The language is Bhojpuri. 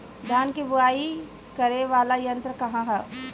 धान के बुवाई करे वाला यत्र का ह?